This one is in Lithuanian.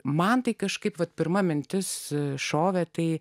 man tai kažkaip vat pirma mintis šovė tai